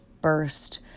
burst